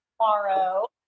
tomorrow